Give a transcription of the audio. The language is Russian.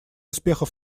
успехов